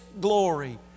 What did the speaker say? glory